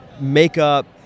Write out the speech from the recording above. makeup